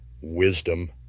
wisdom